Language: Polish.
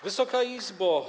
Wysoka Izbo!